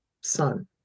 son